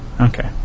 Okay